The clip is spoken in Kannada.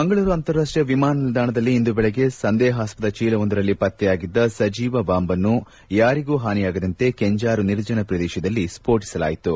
ಮಂಗಳೂರು ಅಂತಾರಾಷ್ಷೀಯ ವಿಮಾನ ನಿಲ್ದಾಣದಲ್ಲಿ ಇಂದು ಬೆಳಿಗ್ಗೆ ಸಂದೇಹಾಸ್ವದ ಚೀಲವೊಂದರಲ್ಲಿ ಪತ್ತೆಯಾಗಿದ್ದ ಸಜೀವ ಬಾಂಬ್ ಅನ್ನು ಯಾರಿಗೂ ಹಾನಿಯಾಗದಂತೆ ಕೆಂಜಾರು ನಿರ್ಜನ ಪ್ರದೇಶದಲ್ಲಿ ಸ್ಪೋಟಿಸಲಾಯಿತು